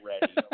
ready